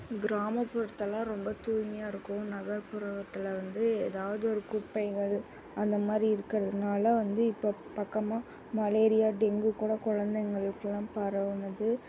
கிராமப்புறத்துலெலாம் ரொம்ப தூய்மையாக இருக்கும் நகர்ப்புறத்தில் வந்து ஏதாவது ஒரு குப்பைகள் அந்தமாதிரி இருக்கிறதுனால வந்து இப்போ பக்கமாக மலேரியா டெங்கு கூட குழந்தைங்களுக்கெல்லாம் பரவினது